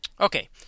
Okay